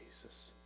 Jesus